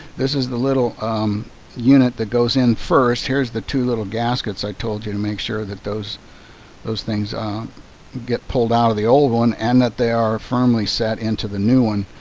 this is the little um unit that goes in first. here's the two little gaskets i told you to make sure that those those things get pulled out of the old one and that they are firmly set into the new one.